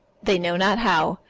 they know not how.